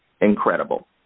incredible